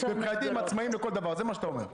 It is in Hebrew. מבחינתי הם עצמאים לכל דבר - זה מה שאתה אומר.